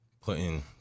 putting